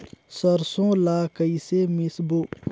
सरसो ला कइसे मिसबो?